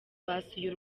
basuye